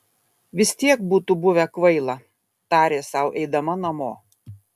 vis tiek būtų buvę kvaila tarė sau eidama namo